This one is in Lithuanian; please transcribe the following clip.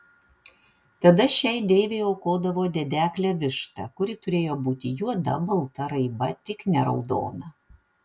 tada šiai deivei aukodavo dedeklę vištą kuri turėjo būti juoda balta raiba tik ne raudona